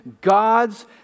God's